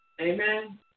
Amen